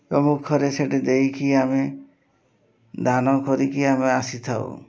ସମ୍ମୁଖରେ ସେଠି ଦେଇକି ଆମେ ଦାନ କରିକି ଆମେ ଆସିଥାଉ